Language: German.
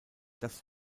das